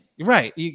right